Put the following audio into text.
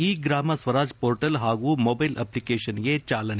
E Gram Swaraj portal ಹಾಗೂ mobile ಅಪ್ಲಿಕೇಷನ್ಗೆ ಚಾಲನೆ